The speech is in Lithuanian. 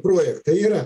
projektą yra